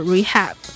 Rehab